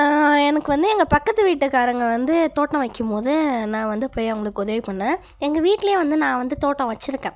நான் எனக்கு வந்து எங்கள் பக்கத்து வீட்டுக்காரங்க வந்து தோட்டம் வைக்கும் போது நான் வந்து போய் அவங்களுக்கு உதவி பண்ணேன் எங்கள் வீட்டிலியும் வந்து நான் வந்து தோட்டம் வச்சிருக்கேன்